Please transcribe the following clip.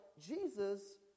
Jesus